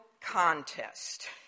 contest